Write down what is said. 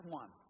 one